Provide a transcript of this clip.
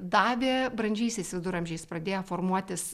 davė brandžiaisiais viduramžiais pradėjo formuotis